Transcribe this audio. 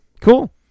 Cool